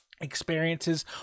experiences